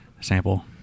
sample